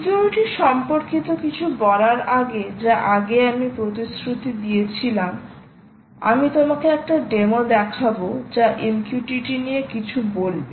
security সম্পর্কিত কিছু বলার আগে যা আগে আমি প্রতিশ্রুতি দিয়েছিলাম আমি তোমাকে একটা ডেমো দেখাবো যা MQTT নিয়ে কিছু বলবে